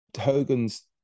Hogan's